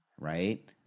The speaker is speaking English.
right